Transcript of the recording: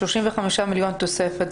35 מיליון שקלים תוספת,